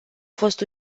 fost